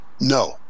No